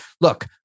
look